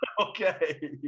Okay